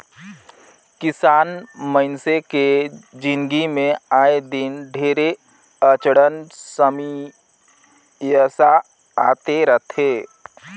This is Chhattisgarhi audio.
किसान मइनसे के जिनगी मे आए दिन ढेरे अड़चन समियसा आते रथे